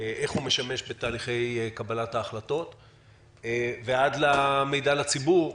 איך הוא משמש בתהליכי קבלת ההחלטות ועד למידע לציבור,